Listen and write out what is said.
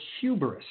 hubris